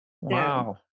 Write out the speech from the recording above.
wow